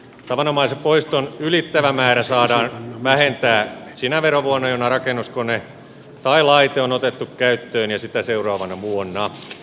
tavanomaisen poiston ylittävä määrä saadaan vähentää sinä verovuonna jona rakennus kone tai laite on otettu käyttöön ja sitä seuraavana vuonna